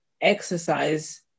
exercise